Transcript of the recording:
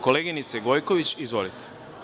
Koleginice Gojković, izvolite.